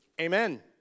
Amen